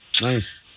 Nice